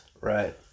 Right